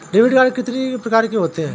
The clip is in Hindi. डेबिट कार्ड कितनी प्रकार के होते हैं?